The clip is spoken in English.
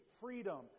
freedom